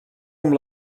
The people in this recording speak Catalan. amb